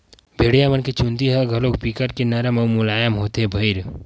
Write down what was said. भेड़िया मन के चूदी ह घलोक बिकट के नरम अउ मुलायम होथे भईर